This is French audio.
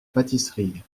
pâtisserie